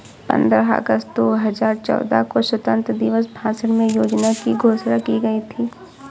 पन्द्रह अगस्त दो हजार चौदह को स्वतंत्रता दिवस भाषण में योजना की घोषणा की गयी थी